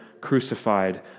crucified